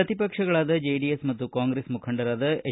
ಪ್ರತಿಪಕ್ಷಗಳಾದ JDS ಮತ್ತು ಕಾಂಗ್ರೆಸ್ ಮುಖಂಡರಾದ H